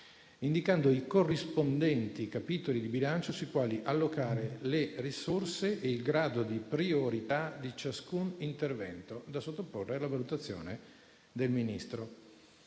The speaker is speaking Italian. indicando i corrispondenti capitoli di bilancio sui quali allocare le risorse e il grado di priorità di ciascun intervento da sottoporre alla valutazione del Ministro.